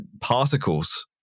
particles